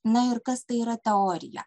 na ir kas tai yra teorija